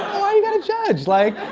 why you gotta judge? like.